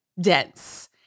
dense